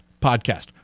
podcast